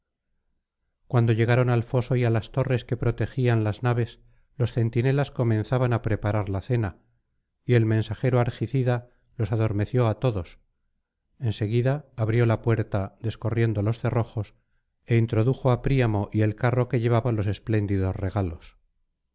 cuando llegaron al foso y á las torres que protegían las naves los centinelas comenzaban á preparar la cena y el mensajero argicida los adormeció á todos en seguida abrió la puerta descorriendo los cerrojos é introdujo á príamo y el carro que llevaba los espléndidos regalos